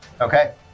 Okay